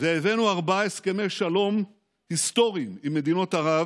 והבאנו ארבעה הסכמי שלום היסטוריים עם מדינות ערב